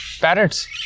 Parrots